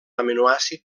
aminoàcid